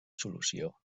solució